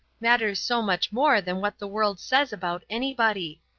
matters so much more than what the world says about anybody.